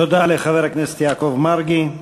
תודה לחבר הכנסת יעקב מרגי.